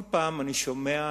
כל פעם אני שומע אנשים,